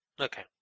Okay